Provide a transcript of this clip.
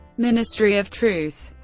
ministry of truth